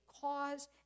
cause